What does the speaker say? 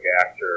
actor